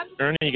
Ernie